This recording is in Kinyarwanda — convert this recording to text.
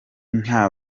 nta